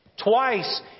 Twice